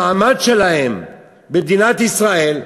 המעמד שלהם במדינת ישראל,